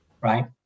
Right